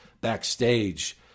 backstage